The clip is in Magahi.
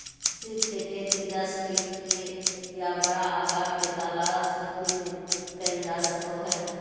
सीप के खेती दस फीट के या बड़ा आकार के तालाब में कइल जा सको हइ